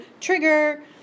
trigger